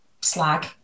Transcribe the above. slag